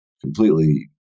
completely